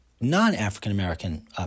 non-African-American